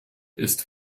ist